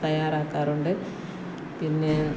തയ്യാറാക്കാറുണ്ട് പിന്നെ